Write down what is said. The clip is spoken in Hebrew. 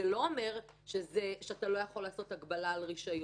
זה לא אומר שאתה לא יכול לעשות הגבלה על הרישיון.